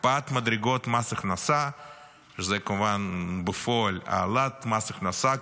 הקפאת מדרגות מס הכנסה זה כמובן בפועל העלאת מס הכנסה,